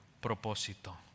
propósito